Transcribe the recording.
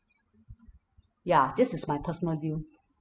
ya this is my personal view